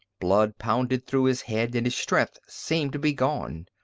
blood pounded through his head and his strength seemed to be gone.